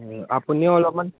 আপুনি অলপমান